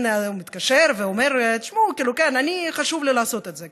הוא ואומר: תשמעו, חשוב לי לעשות את זה.